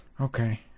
Okay